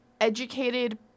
educated